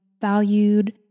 valued